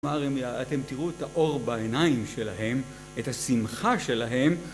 אתם תראו את האור בעיניים שלהם, את השמחה שלהם